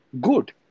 good